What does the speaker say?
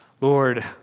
Lord